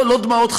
לא דמעות,